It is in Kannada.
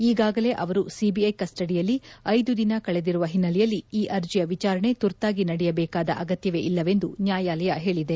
ಈಗಾಗಲೆ ಅವರು ಸಿಬಿಐ ಕಸ್ಪಡಿಯಲ್ಲಿ ಐದು ದಿನ ಕಳೆದಿರುವ ಹಿನ್ನೆಲೆಯಲ್ಲಿ ಈ ಅರ್ಜಿಯ ವಿಚಾರಣೆ ತುರ್ತಾಗಿ ನಡೆಯಬೇಕಾದ ಅಗತ್ಯವೇ ಇಲ್ಲವೆಂದು ನ್ಯಾಯಾಲಯ ಹೇಳಿದೆ